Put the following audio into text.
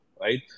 right